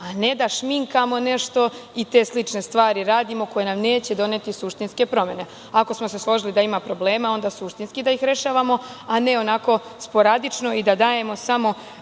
a ne da šminkamo nešto, ate slične stvari radimo, koje nam neće doneti suštinske promene. Ako smo se složili da ima problema, onda suštinski da ih rešavamo, a ne onako sporadično i da dajemo samo